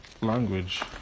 language